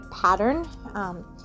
pattern